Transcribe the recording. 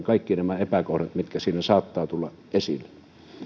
kaikki nämä epäkohdat mitkä siinä saattavat tulla esille